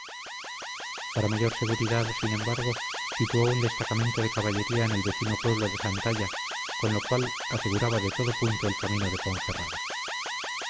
para mayor seguridad sin embargo situó un destacamento de caballería en el vecino pueblo de santalla con lo cual aseguraba de todo punto el camino de ponferrada